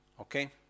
Okay